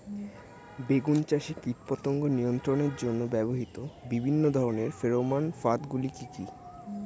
বেগুন চাষে কীটপতঙ্গ নিয়ন্ত্রণের জন্য ব্যবহৃত বিভিন্ন ধরনের ফেরোমান ফাঁদ গুলি কি কি?